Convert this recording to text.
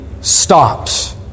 stops